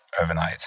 overnight